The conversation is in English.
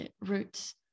roots